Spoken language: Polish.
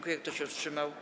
Kto się wstrzymał?